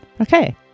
Okay